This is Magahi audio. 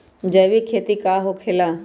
जैविक खेती का होखे ला?